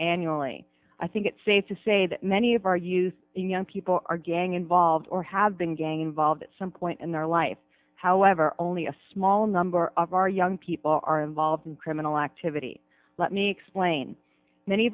annually i think it's safe to say that many of our youth young people are gang involved or have been gang involved some point in their life however only a small number of our young people are involved in criminal activity let me explain many